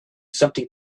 something